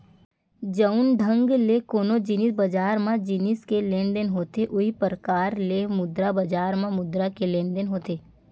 जउन ढंग ले कोनो जिनिस बजार म जिनिस के लेन देन होथे उहीं परकार ले मुद्रा बजार म मुद्रा के लेन देन होथे